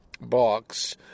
box